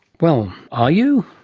well are you?